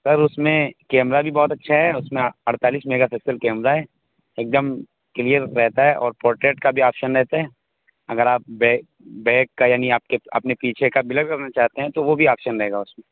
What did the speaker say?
سر اس میں کیمرا بھی بہت اچھا ہے اس میں اڑتالیس میگا پکسل کیمرا ہے ایک دم کلیئر رہتا ہے اور پورٹریٹ کا بھی آپشن رہتا ہے اگر آپ بیک بیک کا یعنی آپ کے اپنے پیچھے کا بلر کرنا چاہتے ہیں تو وہ بھی آپشن رہے گا اس میں